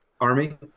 Army